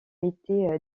été